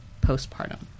postpartum